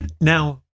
Now